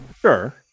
Sure